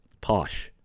posh